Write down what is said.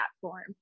platform